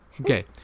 Okay